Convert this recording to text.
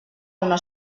una